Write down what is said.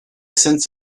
sense